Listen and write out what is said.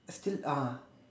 still uh